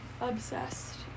Obsessed